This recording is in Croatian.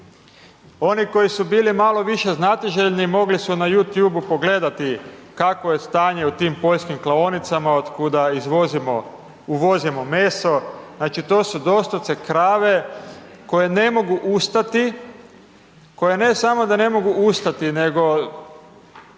Oni koji su bili malo više znatiželjni mogli su na YouTubeu pogledati kakvo je stanje u tim poljskim klaonicama otkuda uvozimo meso, znači, to su doslovce krave koje ne mogu ustati, koje ne samo da ne mogu ustati, nego